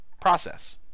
process